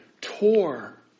tore